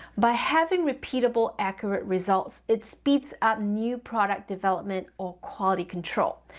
by having repeatable accurate results, it speeds up new product development or quality control,